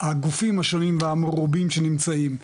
הגופים השונים והמרובים שנמצאים.